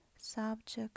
subject